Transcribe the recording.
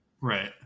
Right